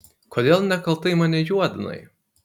kodėl nekaltai mane juodinai